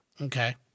Okay